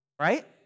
Right